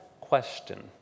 question